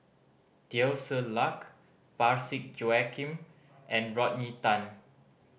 Teo Ser Luck Parsick Joaquim and Rodney Tan